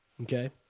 Okay